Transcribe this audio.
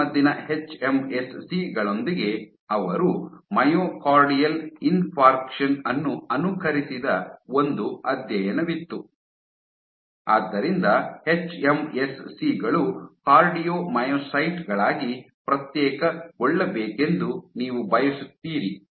ಚುಚ್ಚುಮದ್ದಿನ H M S C ಗಳೊಂದಿಗೆ ಅವರು myocardial infarction ಅನ್ನು ಅನುಕರಿಸಿದ ಒಂದು ಅಧ್ಯಯನವಿತ್ತು ಆದ್ದರಿಂದ ಎಚ್ಎಂಎಸ್ಸಿ ಗಳು ಕಾರ್ಡಿಯೊಮೈಕೋಸೈಟ್ ಗಳಾಗಿ ಪ್ರತ್ಯೇಕಗೊಳ್ಳಬೇಕೆಂದು ನೀವು ಬಯಸುತ್ತೀರಿ